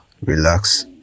relax